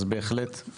אז אני אומר את זה